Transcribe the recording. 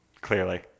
Clearly